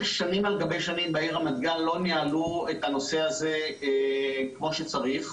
שנים על גבי שנים בעיר רמת גן לא ניהלו את הנושא הזה כמו שצריך,